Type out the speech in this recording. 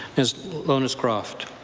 ms. lohnes-croft.